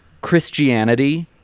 Christianity